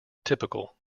typical